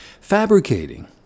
fabricating